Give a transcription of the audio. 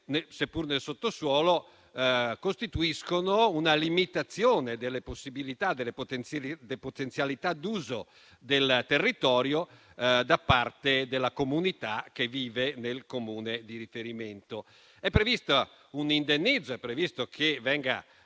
seppur nel sottosuolo, costituiscono una limitazione delle possibilità e delle potenzialità d'uso del territorio da parte della comunità che vive nel Comune di riferimento. È previsto un indennizzo, è previsto che venga